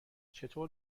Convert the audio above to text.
چطور